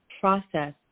process